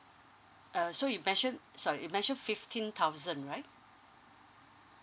uh so you mentioned sorry you mentioned fifteen thousand right